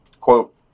Quote